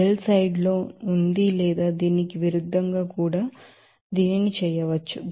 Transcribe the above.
shell side లో ఉంది లేదా దీనికి విరుద్ధంగా కూడా దీనిని చేయవచ్చు